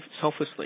selflessly